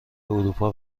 اروپا